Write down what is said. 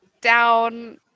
down